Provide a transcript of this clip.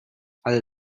alle